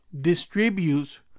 distributes